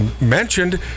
mentioned